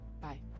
Bye